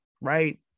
right